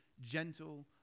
gentle